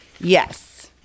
Yes